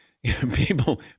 People